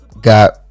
got